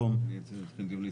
צריכים דיון להסתייגויות.